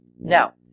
Now